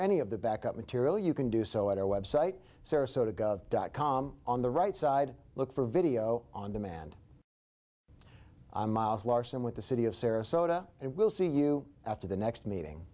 any of the back up material you can do so at our website sarasota gov dot com on the right side look for video on demand miles larson with the city of sarasota and we'll see you after the next meeting